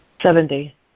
Seventy